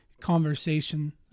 conversation